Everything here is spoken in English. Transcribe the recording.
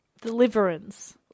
Deliverance